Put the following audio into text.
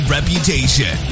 Reputation